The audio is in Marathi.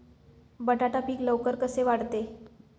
बटाटा पीक लवकर कसे वाढते?